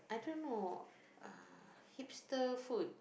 I don't know uh hipster food